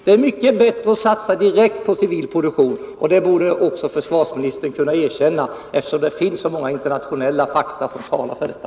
Det är mycket viktigt att satsa direkt på civil produktion, och det borde också försvarsministern kunna erkänna, eftersom det finns så många internationella fakta som talar för detta.